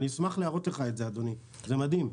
אני אשמח להראות לך את זה, אדוני, זה מדהים.